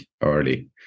early